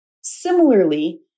Similarly